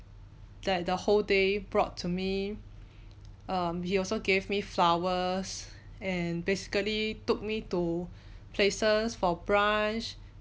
that the whole day brought to me um he also gave me flowers and basically took me to places for brunch